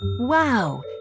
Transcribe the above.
Wow